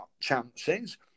chances